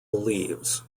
leaves